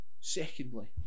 Secondly